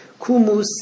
Kumus